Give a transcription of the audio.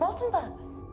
bottom-burpers!